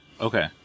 Okay